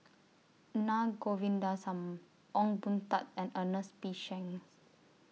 Na Govindasamy Ong Boon Tat and Ernest P Shanks